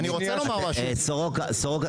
לא, לא נותנים להם, סוגרים את חדרי הניתוח.